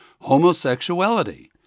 homosexuality